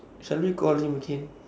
suddenly call him again